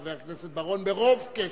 חבר הכנסת בר-און, ברוב קשב.